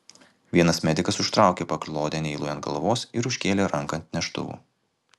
vienas medikas užtraukė paklodę neilui ant galvos ir užkėlė ranką ant neštuvų